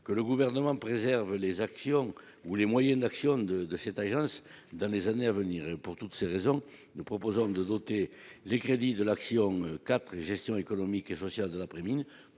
que le gouvernement préserve les actions ou les moyens d'action de de cette agence, dans les années à venir, pour toutes ces raisons, nous proposons de doter les crédits de l'action quatre gestion économique et sociale de l'après mine